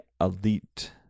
Elite